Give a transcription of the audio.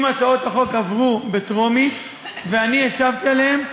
אם הצעות החוק עברו בטרומית ואני ישבתי עליהן,